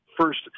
First